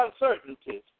uncertainties